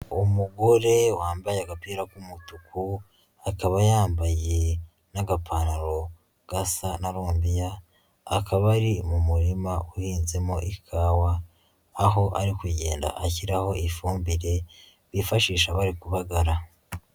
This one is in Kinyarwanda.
Umugore wambaye agapira k'umutuku, akaba yambaye n'agapantaro gasa na rumbiya, akaba ari mu murima uhinzemo ikawa aho ari kugenda ashyiraho ifumbire bifashisha bari kubagara.